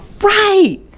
right